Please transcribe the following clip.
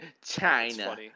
China